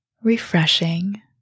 Refreshing